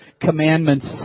commandments